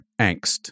angst